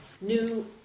new